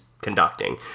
conducting